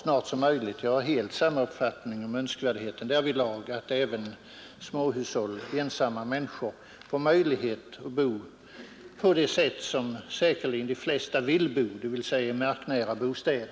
Jag har som sagt samma uppfattning som inrikesministern om önskvärdheten därvidlag, alltså att småhushåll och ensamma människor skall få möjligheter att bo på så som säkerligen de flesta vill bo, dvs. i marknära bostäder.